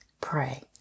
pray